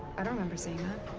i don't remember saying that.